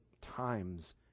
times